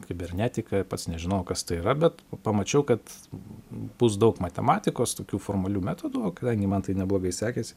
kibernetika ir pats nežinojau kas tai yra bet pamačiau kad bus daug matematikos tokių formalių metodų o kadangi man tai neblogai sekėsi